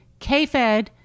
KFED